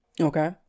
Okay